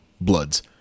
bloods